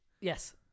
Yes